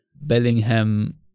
Bellingham